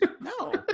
No